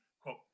quote